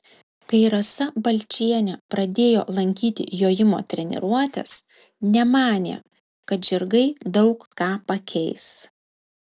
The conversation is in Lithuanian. kai rasa balčienė pradėjo lankyti jojimo treniruotes nemanė kad žirgai daug ką pakeis